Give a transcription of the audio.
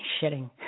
shitting